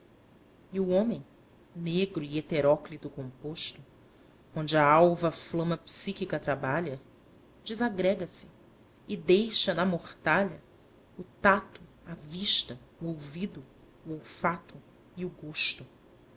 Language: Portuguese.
e o homem negro heteróclito composto onde a alva flama psíquica trabalha desagrega se e deixa na mortalha o tato a vista o ouvido o olfato e o gosto